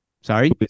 Sorry